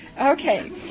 okay